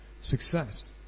Success